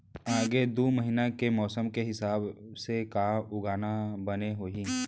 आगे दू महीना के मौसम के हिसाब से का उगाना बने होही?